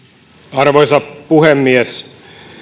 arvoisa puhemies